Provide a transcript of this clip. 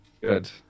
Good